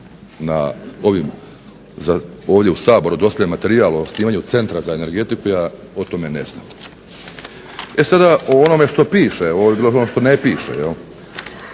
naknadno ovdje u Sabor dostavljen materijal o osnivanju centra za energetiku ja to ne znam. E sada o onome što piše. Ovo je bilo što ne piše. U